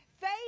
Faith